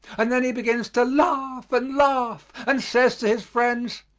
and then he begins to laugh and laugh and says to his friends,